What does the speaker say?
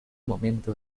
momento